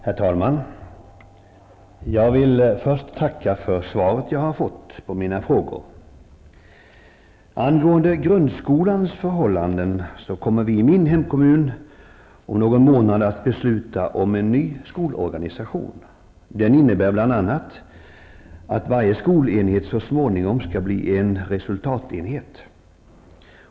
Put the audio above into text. Herr talman! Jag vill tacka statsrådet för svaret på mina frågor. Angående grundskolans förhållanden kommer vi i min hemkommun om någon månad att besluta om ny skolorganisation. Den innebär bl.a. att varje skolenhet så småningom skall bli en resultatenhet.